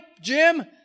Jim